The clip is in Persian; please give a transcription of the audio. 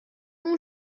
اون